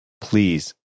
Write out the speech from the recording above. Please